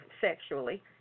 sexually